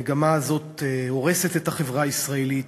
המגמה הזאת הורסת את החברה הישראלית,